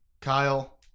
Kyle